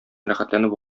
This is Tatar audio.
рәхәтләнеп